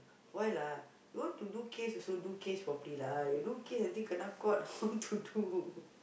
why lah you want to do case also do case properly lah you do case until kena caught what to do